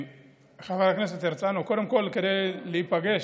חבר הכנסת הרצנו, קודם כול, כדי להיפגש,